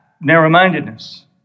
narrow-mindedness